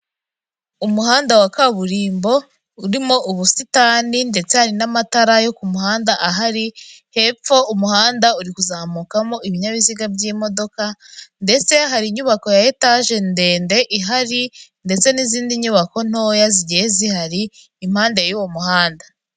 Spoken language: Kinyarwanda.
Umuhanda wa kaburimbo urimo ubusitani ndetse hari n'amatara yo ku muhanda ahari, hepfo umuhanda uri kuzamukamo ibinyabiziga by'imodoka ndetse hari inyubako ya etaje ndende ihari ndetse n'izindi nyubako ntoya zigiye zihari impande y'uwo muhanda.